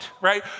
right